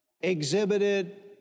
exhibited